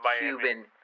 Cuban